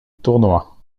tournoi